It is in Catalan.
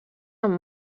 amb